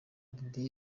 didier